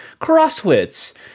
Crosswits